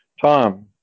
Tom